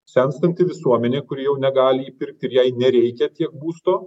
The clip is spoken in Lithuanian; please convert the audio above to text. senstanti visuomenė kuri jau negali įpirkti ir jai nereikia tiek būsto